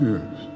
Yes